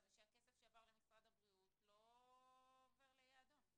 ושהכסף שעבר למשרד הבריאות לא עובר ליעדו.